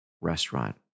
restaurant